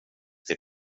till